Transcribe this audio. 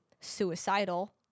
suicidal